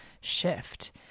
shift